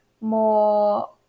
more